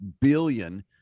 billion